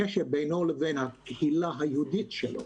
הקשר בינו לבין הקהילה היהודית שלו